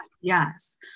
yes